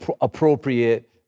appropriate